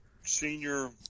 senior